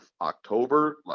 October